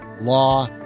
law